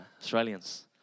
Australians